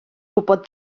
gwybod